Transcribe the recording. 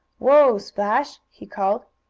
whoa, splash! he called.